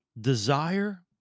desire